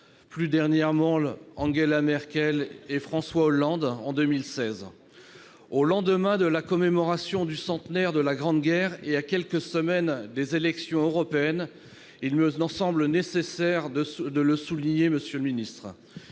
la visite d'Angela Merkel et de François Hollande en 2016. Au lendemain de la commémoration du centenaire de la Grande Guerre et à quelques semaines des élections européennes, il me semblait nécessaire de le souligner. Verdun porte